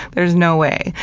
there's no way.